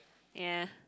ya